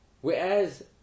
Whereas